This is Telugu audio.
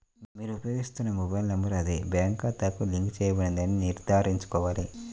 మీరు ఉపయోగిస్తున్న మొబైల్ నంబర్ అదే బ్యాంక్ ఖాతాకు లింక్ చేయబడిందని నిర్ధారించుకోవాలి